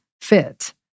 fit